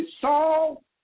Saul